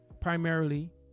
primarily